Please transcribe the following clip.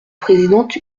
présidente